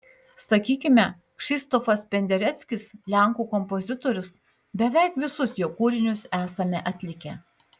sakykime krzyštofas pendereckis lenkų kompozitorius beveik visus jo kūrinius esame atlikę